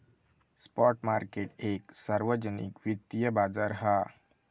spot market एक सार्वजनिक वित्तिय बाजार हा